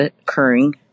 occurring